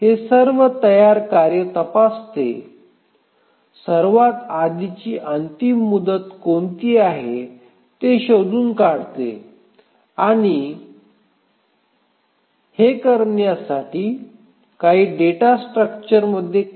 हे सर्व तयार कार्ये तपासते सर्वात आधीची अंतिम मुदत कोणती आहे हे शोधून काढते आणि हे करण्यासाठी काही डेटा स्ट्रक्चरमध्ये कार्ये असणे आवश्यक आहे